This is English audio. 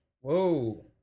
Whoa